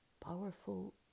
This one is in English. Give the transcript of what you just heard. powerful